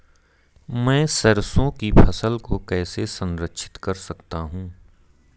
मैं सरसों की फसल को कैसे संरक्षित कर सकता हूँ?